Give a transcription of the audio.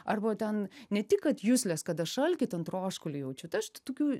arba va ten ne tik kad juslės kad aš alkį ten troškulį jaučiu tai aš tokių